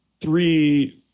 three